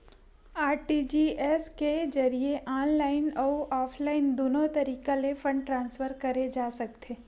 RTGS के जरिए online अउ ऑफलाइन दुनो तरीका ले फंड ट्रांसफर करे जा सकथे